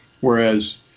whereas